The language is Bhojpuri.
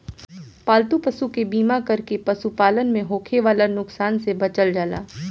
पालतू पशु के बीमा कर के पशुपालन में होखे वाला नुकसान से बचल जाला